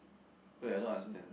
wait I don't understand